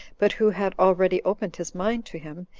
but who had already opened his mind to him,